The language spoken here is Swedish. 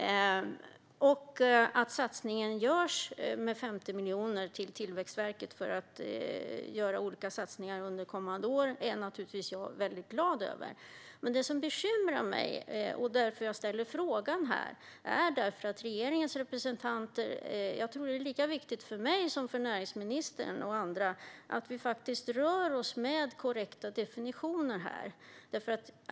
Att det görs en satsning med 50 miljoner till Tillväxtverket är jag naturligtvis väldigt glad över. Jag ställde frågan därför att det är lika viktigt för mig som för näringsministern och andra att vi rör oss med korrekta definitioner.